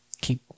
keep